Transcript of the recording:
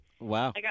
Wow